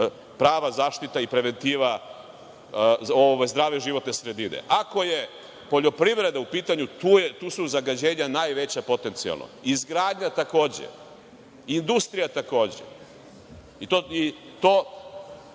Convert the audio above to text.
prava zaštita i preventiva zdrave životne sredine. Ako je poljoprivreda u pitanju, tu su zagađenja najveća potencijalno, izgradnja takođe, industrija takođe. To